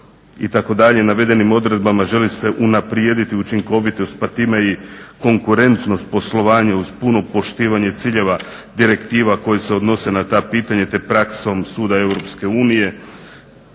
višak rada itd. navedenim odredbama želi se unaprijediti učinkovitost pa time i konkurentnost poslovanja uz puno poštivanje ciljeva direktiva koje se odnose na ta pitanja te praksom Suda EU.